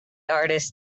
artist